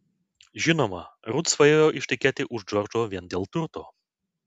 žinoma rut svajoja ištekėti už džordžo vien dėl turto